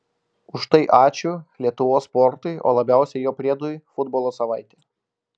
už tai ačiū lietuvos sportui o labiausiai jo priedui futbolo savaitė